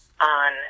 on